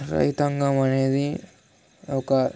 రైతాంగం అనేది ఒక